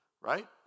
right